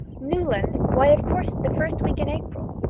newland! why, of course, the first week in april.